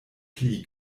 pli